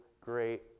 great